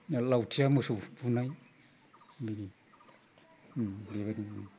आरो लावथिया मोसौ बुनाय बेनो बेबादिनो